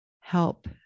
help